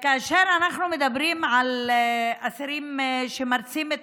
כאשר אנחנו מדברים על אסירים שמרצים את